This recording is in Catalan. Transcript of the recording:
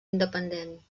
independent